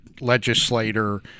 legislator